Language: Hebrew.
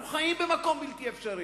אנחנו חיים במקום בלתי אפשרי.